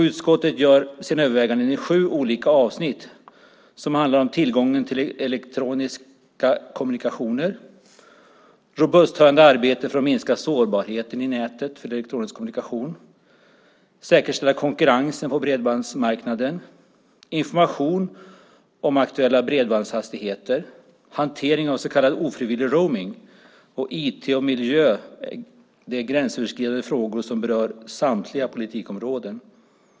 Utskottet gör sina överväganden i sju olika avsnitt som handlar om tillgången till elektroniska kommunikationer, robusthöjande arbete för att minska sårbarheten i nätet för elektronisk kommunikation, säkerställande av konkurrensen på bredbandsmarknaden, information om aktuella bredbandshastigheter, hantering av så kallad ofrivillig roaming samt IT och miljö. Det är gränsöverskridande frågor som berör samtliga politikområden.